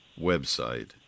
website